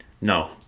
No